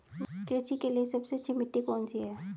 कृषि के लिए सबसे अच्छी मिट्टी कौन सी है?